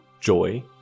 joy